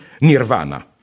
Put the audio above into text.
nirvana